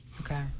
Okay